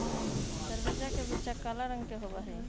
तरबूज के बीचा काला रंग के होबा हई